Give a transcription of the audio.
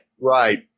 Right